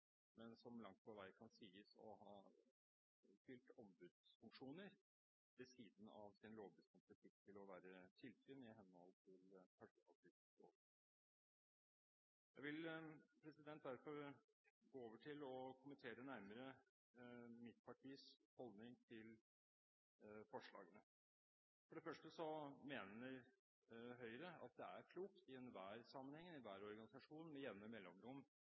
men som langt på vei kan sies å ha fylt ombudsfunksjoner, ved siden av sin lovbestemte plikt til å være tilsyn, i henhold til personopplysningsloven. Jeg vil derfor gå over til å kommentere nærmere mitt partis holdning til forslagene. For det første mener Høyre at det er klokt i enhver sammenheng, i enhver organisasjon, med jevne mellomrom